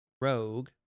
Rogue